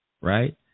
right